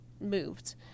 moved